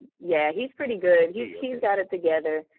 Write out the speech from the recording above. yeah, he's pretty good. he's he's got it together.